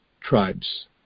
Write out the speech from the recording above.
tribes